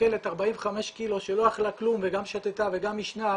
ששוקלת 45 קילו שלא אכלה כלום וגם שתתה וגם עישנה,